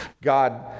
God